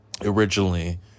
Originally